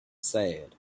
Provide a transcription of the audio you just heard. said